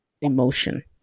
emotion